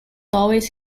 always